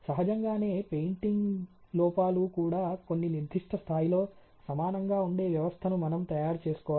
సహజంగానే పెయింటింగ్ లోపాలు కూడా కొన్ని నిర్దిష్ట స్థాయిలో సమానంగా ఉండే వ్యవస్థను మనం తయారు చేసుకోవాలి